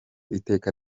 iteka